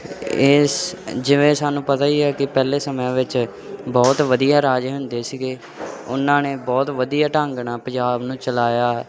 ਇਸ ਜਿਵੇਂ ਸਾਨੂੰ ਪਤਾ ਹੀ ਹੈ ਕਿ ਪਹਿਲੇ ਸਮਿਆਂ ਵਿੱਚ ਬਹੁਤ ਵਧੀਆ ਰਾਜੇ ਹੁੰਦੇ ਸੀਗੇ ਉਹਨਾਂ ਨੇ ਬਹੁਤ ਵਧੀਆ ਢੰਗ ਨਾਲ ਪੰਜਾਬ ਨੂੰ ਚਲਾਇਆ